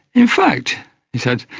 in fact he said,